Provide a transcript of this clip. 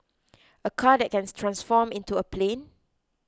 a car that can transform into a plane